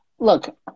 Look